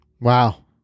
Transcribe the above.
Wow